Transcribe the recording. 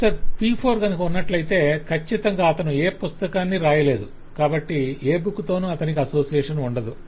professor P4 కనుక ఉన్నట్లయితే కచ్చితంగా అతను ఏ పుస్తకాన్ని వ్రాయలేదు కాబట్టి ఏ బుక్ తోనూ అతనికి అసోసియేషన్ ఉండదు